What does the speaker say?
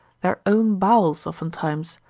their own bowels oftentimes,